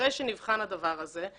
אחרי שנבחן הדבר הזה,